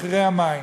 מחירי המים.